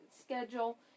schedule